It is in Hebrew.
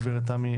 גברת תמי